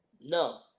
no